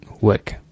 work